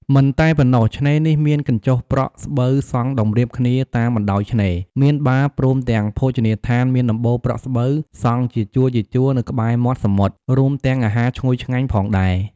មិនតែប៉ុណ្ណោះ ឆ្នេរនេះមានកញ្ចុះប្រក់ស្បូវសង់តម្រៀបគ្នាតាមបណ្តោយឆ្នេរ មានបារព្រមទាំងភោជនីយដ្ឋានមានដំបូលប្រក់ស្បូវសង់ជាជួរៗនៅក្បែរមាត់សមុទ្រ រួមទាំងអាហារឈ្ងុយឆ្ងាញ់ផងដែរ។